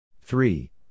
Three